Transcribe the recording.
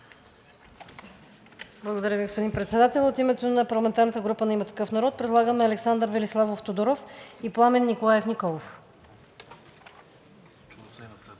Благодаря Ви, господин Председател. От името на парламентарната група на „Има такъв народ“ предлагаме Александър Велиславов Тодоров и Пламен Николаев Николов.